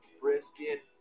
brisket